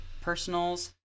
personals